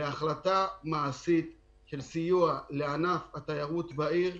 להחלטה מעשית של סיוע לענף התיירות בעיר.